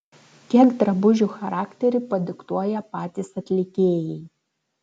kiek drabužių charakterį padiktuoja patys atlikėjai